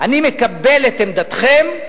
אני מקבל את עמדתכם,